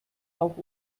auch